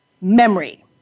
memory